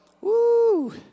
Woo